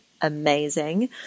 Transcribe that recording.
amazing